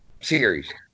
series